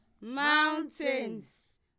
mountains